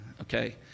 Okay